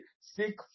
Seek